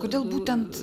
kodėl būtent